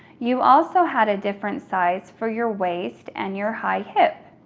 you also had a different size for your waist and your high hip,